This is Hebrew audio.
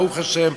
ברוך השם,